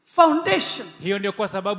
foundations